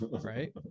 Right